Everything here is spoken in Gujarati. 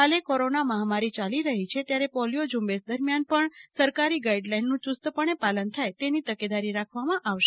હાલે કોરોના મહામારી ચાલી રહી છે ત્યારે પોલીયો ઝુંબેશ પણ સરકારી ગાઈડલાઈનનું ચુસ્તપણે પાલન થાય તેની તકેદારી રાખવામાં આવશે